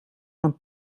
een